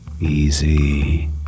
Easy